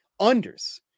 unders